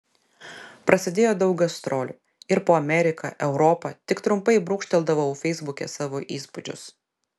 prasidėjo daug gastrolių ir po ameriką europą tik trumpai brūkšteldavau feisbuke savo įspūdžius